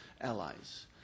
allies